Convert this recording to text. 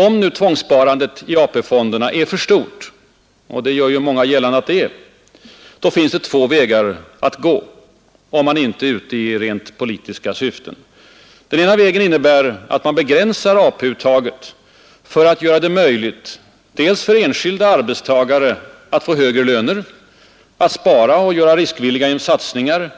Om nu tvångssparandet i AP-fonden är för stort — som många gör gällande att det är — finns det två vägar att gå, om man inte är ute i rent politiska syften. Den ena vägen innebär att man begränsar AP-uttaget för att göra det möjligt dels för enskilda arbetstagare att få högre löner, att spara och göra riskvilliga satsningar,